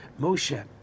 Moshe